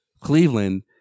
Cleveland